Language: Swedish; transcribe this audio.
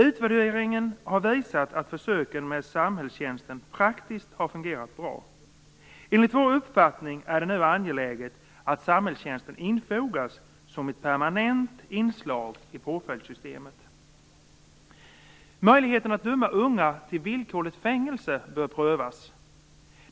Utvärderingen har visat att försöken med samhällstjänsten praktiskt har fungerat bra. Enligt vår uppfattning är det nu angeläget att samhällstjänsten infogas som ett permanent inslag i påföljdssystemet. Möjligheten att döma unga till villkorligt fängelse bör prövas.